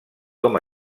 com